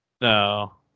No